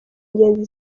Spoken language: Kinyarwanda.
ngenzi